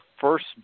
first